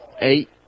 Eight